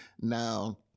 now